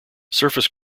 surface